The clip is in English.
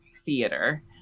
theater